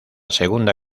segunda